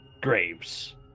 graves